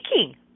speaking